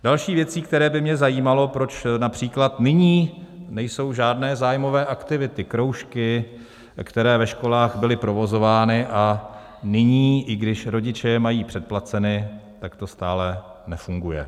Další věcí, která by mě zajímala, proč například nyní nejsou žádné zájmové aktivity, kroužky, které ve školách byly provozovány, a nyní, i když rodiče je mají předplaceny, tak to stále nefunguje.